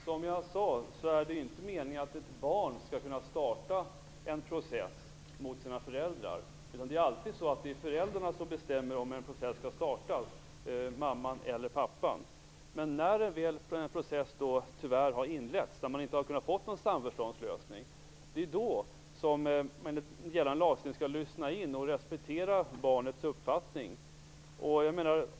Herr talman! Som jag tidigare sade är det inte meningen att ett barn skall kunna starta en process mot sina föräldrar. Det är alltid föräldrarna som bestämmer om en process skall startas, mamman eller pappan. Men när en process tyvärr har inletts - och man inte har kunnat få någon samförståndslösning - skall man enligt gällande lagstiftning lyssna på och respektera barnets uppfattning.